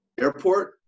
airport